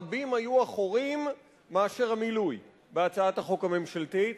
רבים היו החורים מהמילוי בהצעת החוק הממשלתית.